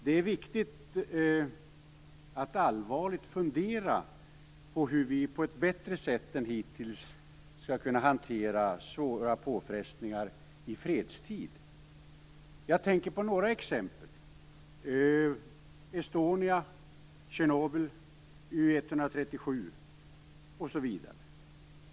Det är viktigt att allvarligt fundera på hur vi på ett bättre sätt än hittills skall kunna hantera svåra påfrestningar i fredstid. Jag tänker på några exempel: Estonia, Tjernobyl, U 137, osv.